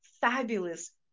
fabulous